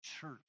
church